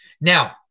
now